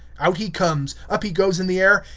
out he comes, up he goes in the air,